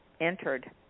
entered